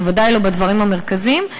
בוודאי לא בדברים המרכזיים,